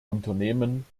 unternehmen